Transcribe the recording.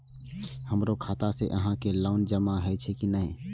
हमरो खाता से यहां के लोन जमा हे छे की ने?